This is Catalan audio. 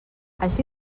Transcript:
així